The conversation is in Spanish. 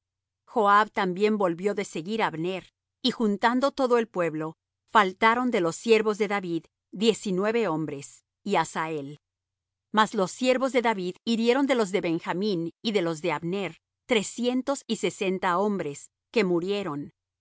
mahanaim joab también volvió de seguir á abner y juntando todo el pueblo faltaron de los siervos de david diecinueve hombres y asael mas los siervos de david hirieron de los de benjamín y de los de abner trescientos y sesenta hombres que murieron